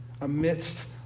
amidst